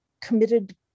committed